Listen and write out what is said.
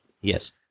Yes